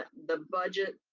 the budget,